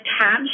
tabs